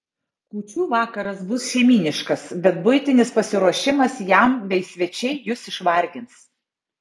kūčių vakaras bus šeimyniškas bet buitinis pasiruošimas jam bei svečiai jus išvargins